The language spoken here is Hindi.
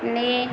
ने